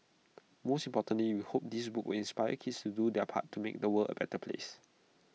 most importantly we hope this book will inspire kids to do their part to make the world A better place